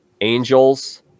Angels